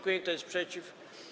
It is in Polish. Kto jest przeciw?